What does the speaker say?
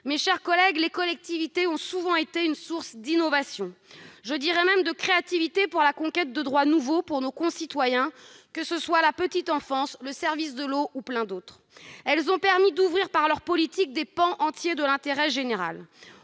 Mes chers collègues, les collectivités ont souvent été une source d'innovation, je dirais même de créativité pour la conquête de droits nouveaux pour nos concitoyens, que ce soit pour la petite enfance, le service de l'eau, etc. Elles ont permis d'ouvrir par leurs politiques des pans de l'intérêt général.